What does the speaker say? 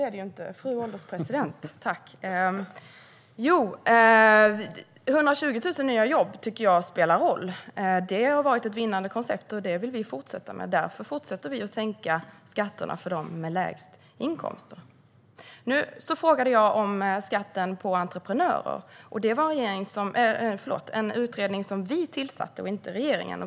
Fru ålderspresident! 120 000 nya jobb spelar roll. Det har varit ett vinnande koncept, och det vill vi fortsätta med. Därför fortsätter vi att sänka skatterna för dem med lägst inkomst. Jag frågade om skatten på entreprenörer. Det var en utredning som vi tillsatte, inte regeringen.